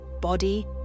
body